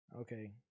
Okay